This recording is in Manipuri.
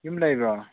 ꯌꯨꯝ ꯂꯩꯕ꯭ꯔꯣ